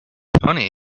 funny